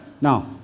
Now